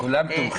כולם תומכים.